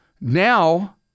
now